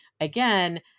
again